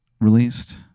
released